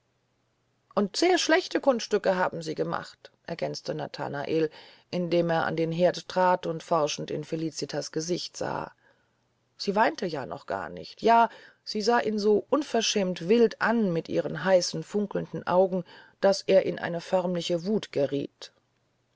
und sehr schlechte kunststücke haben sie gemacht ergänzte nathanael indem er an den herd trat und forschend in felicitas gesicht sah sie weinte ja noch nicht ja sie sah ihn so unverschämt wild an mit ihren heißen funkelnden augen daß er in eine förmliche wut geriet